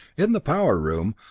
in the power room,